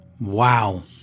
Wow